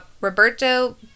Roberto